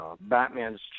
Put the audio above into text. Batman's